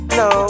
no